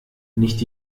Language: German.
nicht